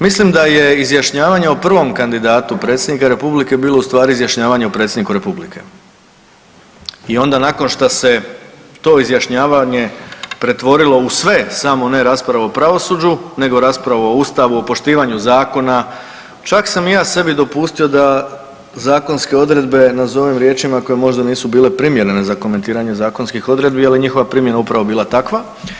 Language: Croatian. Mislim da je izjašnjavanje o prvom kandidatu predsjednika republike bilo ustvari izjašnjavanje o predsjedniku republike i onda nakon što se to izjašnjavanje pretvorilo u sve samo ne raspravu o pravosuđu, nego raspravu o Ustavu, o poštivanju zakona, čak sam i ja sebi dopustio da zakonske odredbe nazovem riječima koje možda nisu bile primjerene za komentiranje zakonskih odredbi, ali njihova primjena je upravo bila takva.